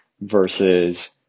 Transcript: versus –